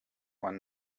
one